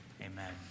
Amen